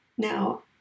Now